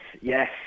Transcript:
yes